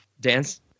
dance